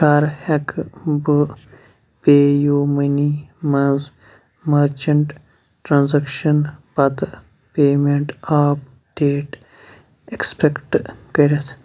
کَر ہٮ۪کہٕ بہٕ پے یوٗ مٔنی منٛز مٔرچنٛٹ ٹرٛانزَکشن پَتہٕ پیمٮ۪نٛٹ آپ ڈیٹ اٮ۪کسپٮ۪کٹ کٔرِتھ